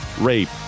rape